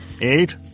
eight